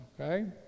okay